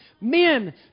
Men